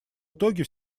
итоге